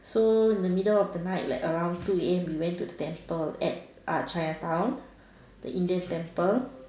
so in the middle of the night like around two A_M we went to the temple at uh Chinatown the Indian temple